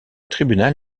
tribunal